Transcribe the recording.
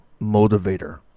motivator